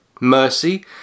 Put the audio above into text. Mercy